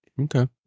Okay